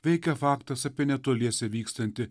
veikia faktas apie netoliese vykstantį